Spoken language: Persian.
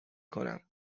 کنم